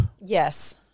Yes